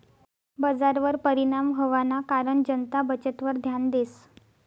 बजारवर परिणाम व्हवाना कारण जनता बचतवर ध्यान देस